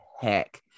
heck